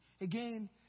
again